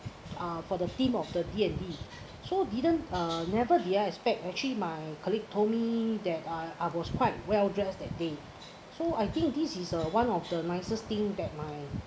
uh for the theme of the D and D so didn't uh never I expect actually my colleague told me that uh I was quite well-dressed that day so I think this is a one of the nicest thing that my